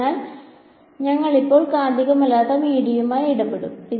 അതിനാൽ ഞങ്ങൾ ഇപ്പോൾ കാന്തികമല്ലാത്ത മീഡിയയുമായി ഇടപെടും